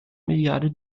milliarde